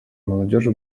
молодежи